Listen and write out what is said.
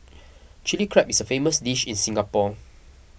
Chilli Crab is a famous dish in Singapore